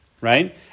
Right